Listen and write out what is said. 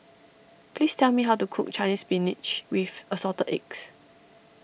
please tell me how to cook Chinese Spinach with Assorted Eggs